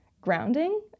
grounding